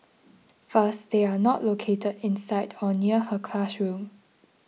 first they are not located inside or near her classroom